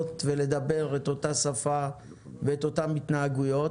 ולדבר את אותה שפה ואת אותן התנהגויות.